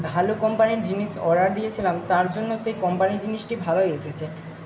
ভালো কোম্পানির জিনিস অর্ডার দিয়েছিলাম তার জন্য সেই কোম্পানির জিনিসটি ভালোই এসেছে